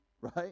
Right